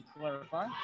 clarify